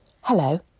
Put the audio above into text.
Hello